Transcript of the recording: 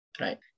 right